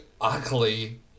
ugly